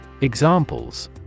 Examples